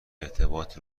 ارتباط